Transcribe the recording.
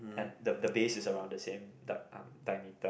and the the base is around the same dia~ um diameter